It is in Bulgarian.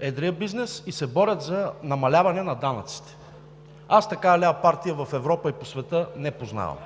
едрия бизнес и се борят за намаляване на данъците. Такава лява партия в Европа и по света не познавам.